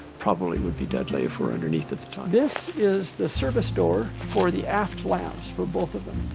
probably would be deadly if we're underneath at the time. this is the service door for the aft lavs for both of them.